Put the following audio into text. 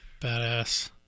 Badass